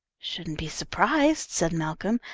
shouldn't be surprised, said malcolm,